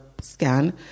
scan